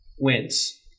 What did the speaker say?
wins